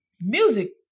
music